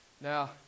Now